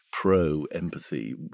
pro-empathy